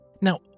Now